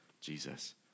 Jesus